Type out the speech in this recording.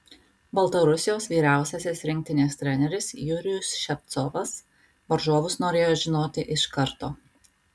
baltarusijos vyriausiasis rinktinės treneris jurijus ševcovas varžovus norėjo žinoti iš karto